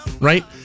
Right